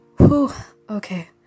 okay